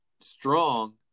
strong